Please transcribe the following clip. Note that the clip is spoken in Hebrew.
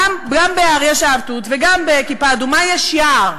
גם ב"אריה שאהב תות" וגם ב"כיפה אדומה" יש יער.